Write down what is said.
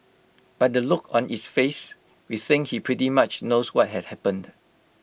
by the look on its face we think he pretty much knows what had happened